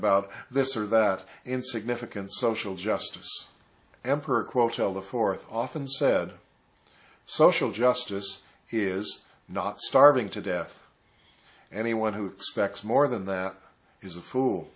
about this or that in significant social justice emperor quote tell the fourth often said social justice is not starving to death anyone who expects more than that is a fool